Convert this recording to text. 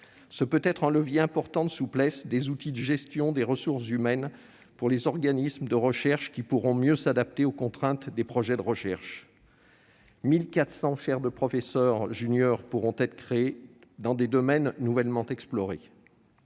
Ce peut être un levier important de souplesse des outils de gestion des ressources humaines pour les organismes de recherche, qui pourront mieux s'adapter aux contraintes des projets de recherche. Ainsi, 1 400 chaires de professeur junior pourront être créées, dans des domaines nouvellement explorés.